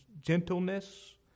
gentleness